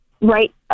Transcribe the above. right